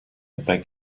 beg